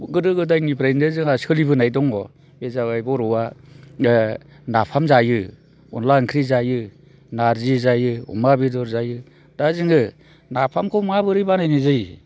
गोदो गोदायनिफ्रानो जोंहा सोलिबोनाय दङ बे जाबाय बर'आ नाफाम जायो अनद्ला ओंख्रि जायो नारजि जायो अमा बेदर जायो दा जोङो नाफामखौ माबोरै बानायनाय जायो